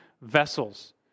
vessels